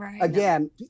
again